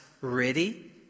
ready